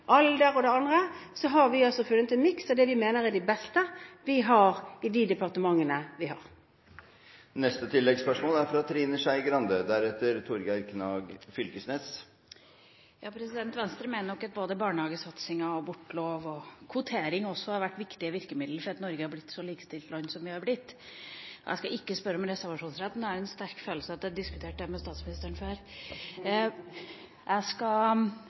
alder og det andre – har vi altså funnet en miks av dem vi mener er de beste vi har, i de departementene vi har. Trine Skei Grande – til oppfølgingsspørsmål. Venstre mener nok at både barnehagesatsinga, abortlov og kvotering også har vært viktige virkemidler for at Norge er blitt et så likestilt land som det er blitt. Jeg skal ikke spørre om reservasjonsretten. Jeg har en sterk følelse av at jeg har diskutert det med statsministeren før. Jeg skal